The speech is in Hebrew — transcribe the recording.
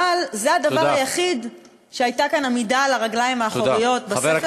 אבל זה הדבר היחיד שהייתה כאן עמידה על הרגליים האחוריות בספר